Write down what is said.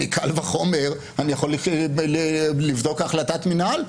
מקל וחומר אני יכול לבדוק החלטת מינהל.